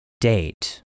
Date